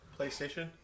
PlayStation